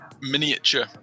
miniature